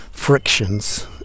frictions